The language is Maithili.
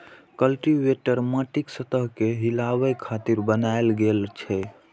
कल्टीवेटर माटिक सतह कें हिलाबै खातिर बनाएल गेल छै